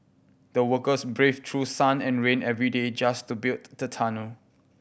the workers braved through sun and rain every day just to build the tunnel